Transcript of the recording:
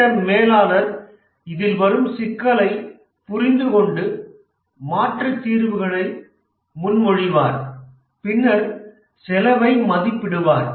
திட்ட மேலாளர் இதில் வரும் சிக்கலைப் புரிந்துகொண்டு மாற்றுத் தீர்வுகளை முன்மொழிவார் பின்னர் செலவை மதிப்பிடுவார்